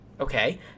Okay